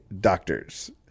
Doctors